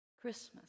Christmas